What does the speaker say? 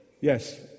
Yes